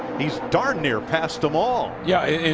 he's darn near passed them all. yeah,